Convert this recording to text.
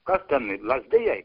kas ten lazdijai